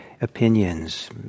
opinions